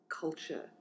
culture